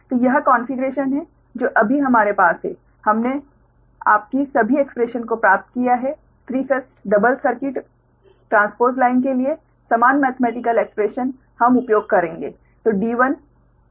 तो यह कोन्फ़िगरेशन है जो अभी हमारे पास है हमने आपकी सभी एक्स्प्रेशन को प्राप्त किया है 3 phase double circuit transpose line के लिए समान मेथमेटिकल एक्स्प्रेशन हम उपयोग करेंगे